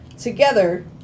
together